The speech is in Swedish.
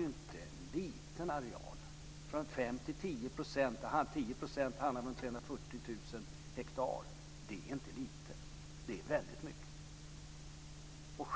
är inte en liten areal. 5-10 % handlar om runt 340 000 hektar. Det är inte lite, det är väldigt mycket.